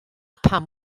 pam